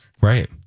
Right